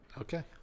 Okay